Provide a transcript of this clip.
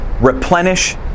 replenish